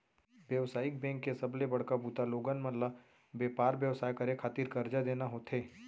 बेवसायिक बेंक के सबले बड़का बूता लोगन मन ल बेपार बेवसाय करे खातिर करजा देना होथे